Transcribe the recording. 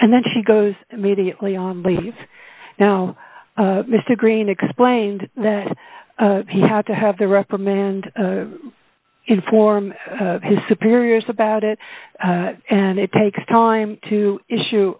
and then she goes immediately on leave now mr green explained that he had to have the reprimand inform his superiors about it and it takes time to issue